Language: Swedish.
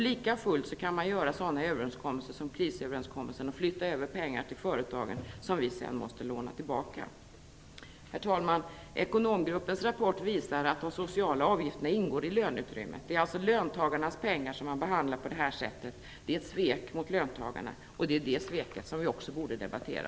Likafullt kan man göra sådana överenskommelser som krisöverenskommelsen och flytta över pengarna till företagen, pengar som vi sedan måste låna tillbaka. Herr talman! Ekonomgruppens rapport visar på att de sociala avgifterna ingår i löneutrymmet. Det är alltså löntagarnas pengar som man behandlar på det här sättet. Det är ett svek mot löntagarna. Det är det sveket som vi borde debattera.